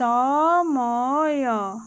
ସମୟ